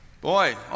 boy